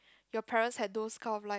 your parents had those kind of like